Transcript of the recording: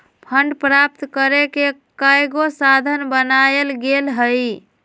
fund प्राप्त करेके कयगो साधन बनाएल गेल हइ